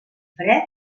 fred